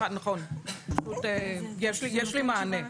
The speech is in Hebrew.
יש לי מענה לזה.